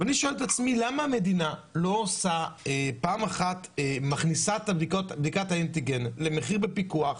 אני שואל את עצמי: למה המדינה לא מכניסה את בדיקת האנטיגן למחיר בפיקוח.